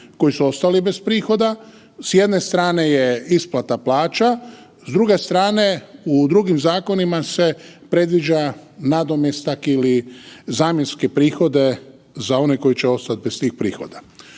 koji su ostali bez prihoda s jedne strane je isplate plaće, s druge strane u drugim zakonima se predviđa nadomjestak ili zamjenske prihode za one koji će ostati bez tih prihoda.